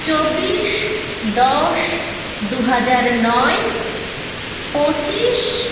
চব্বিশ দশ দু হাজার নয় পঁচিশ